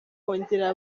kongera